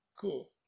Cool